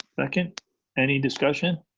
like and any discussion?